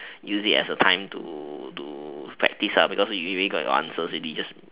use it as a time to to practice because you already got your answers already just